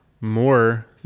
more